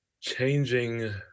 changing